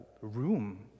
room